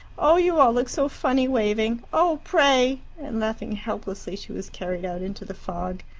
oh, you all look so funny waving! oh, pray! and laughing helplessly, she was carried out into the fog.